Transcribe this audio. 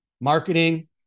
marketing